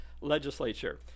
legislature